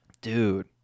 Dude